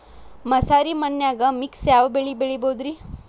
ಮಸಾರಿ ಮಣ್ಣನ್ಯಾಗ ಮಿಕ್ಸ್ ಯಾವ ಬೆಳಿ ಬೆಳಿಬೊದ್ರೇ?